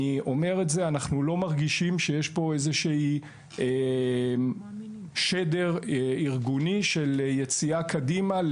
אנחנו לא מרגישים שיש פה איזה שהוא שדר ארגוני של יציאה קדימה,